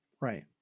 Right